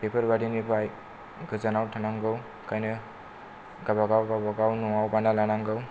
बेफोरबायदिनिफ्राय गोजानाव थानांगौ बेखायनो गावबा गाव गावबा गाव न'आव बानायना लानांगौ